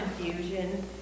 confusion